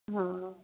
ਹਾਂ